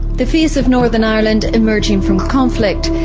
the face of northern ireland emerging from conflict,